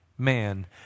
man